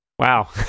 Wow